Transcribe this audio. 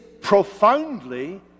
profoundly